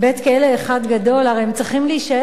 הרי הם צריכים להישאר כאן.